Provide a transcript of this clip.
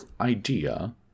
idea